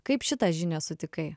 kaip šitą žinią sutikai